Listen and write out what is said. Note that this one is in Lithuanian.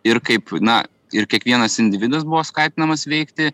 ir kaip na ir kiekvienas individas buvo skatinamas veikti